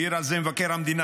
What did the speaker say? העיר על זה מבקר המדינה,